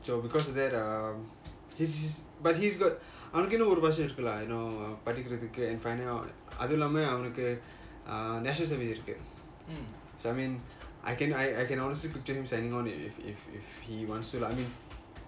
so because of that um he's but he's got அவனுக்கு இன்னும் ஒரு வருஷம் இருக்குல்ல:avanuku inum oru varusam irukula you know படிக்கிறதுக்கு:padikirathuku finding out அதுவும் இல்லாம அவனுக்கு:athuvum illama avanuku national service இருக்கு:iruku I can honestly picture him signing on if he wants to